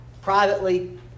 Privately